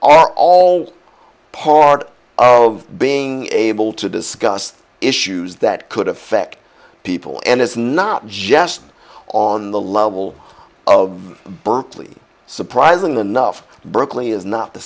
are all part of being able to discuss issues that could affect people and it's not just on the level of berkeley surprisingly enough berkeley is not the